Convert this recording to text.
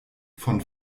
von